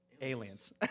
aliens